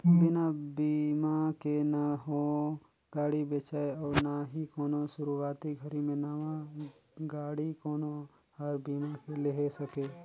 बिना बिमा के न हो गाड़ी बेचाय अउ ना ही कोनो सुरूवाती घरी मे नवा गाडी कोनो हर बीमा के लेहे सके